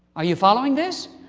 are you following this?